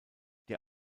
der